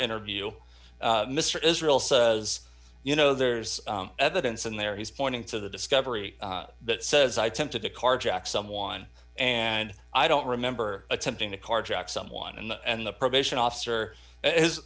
interview mr israel says you know there's evidence in there he's pointing to the discovery that says i attempted to carjack someone and i don't remember attempting to carjack someone and the probation officer has